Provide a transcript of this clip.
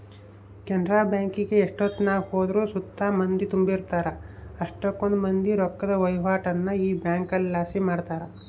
ಕೆನರಾ ಬ್ಯಾಂಕಿಗೆ ಎಷ್ಟೆತ್ನಾಗ ಹೋದ್ರು ಸುತ ಮಂದಿ ತುಂಬಿರ್ತಾರ, ಅಷ್ಟಕೊಂದ್ ಮಂದಿ ರೊಕ್ಕುದ್ ವಹಿವಾಟನ್ನ ಈ ಬ್ಯಂಕ್ಲಾಸಿ ಮಾಡ್ತಾರ